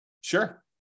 Sure